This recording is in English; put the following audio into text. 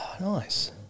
Nice